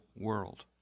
world